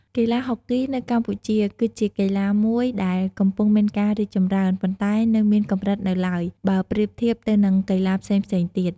កីឡាហុកគីនៅកម្ពុជា គឺជាកីឡាមួយដែលកំពុងមានការរីកចម្រើន ប៉ុន្តែនៅមានកម្រិតនៅឡើយ បើប្រៀបធៀបទៅនឹងកីឡាផ្សេងៗទៀត។